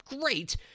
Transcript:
great